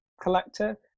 collector